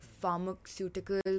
pharmaceutical